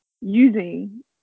using